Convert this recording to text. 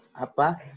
apa